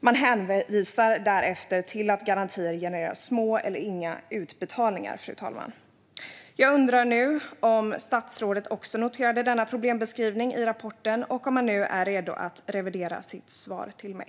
Man hänvisar därefter till att garantier genererar små eller inga utbetalningar, fru talman. Jag undrar nu om statsrådet också noterade denna problembeskrivning i rapporten och om han är redo att revidera sitt svar till mig.